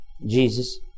Jesus